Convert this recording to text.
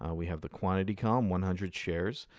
um we have the quantity comm one hundred shares,